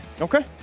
Okay